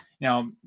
Now